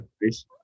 please